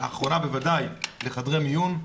ולאחרונה בוודאי, לחדרי מיון,